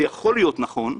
זה יכול להיות נכון,